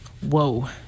Whoa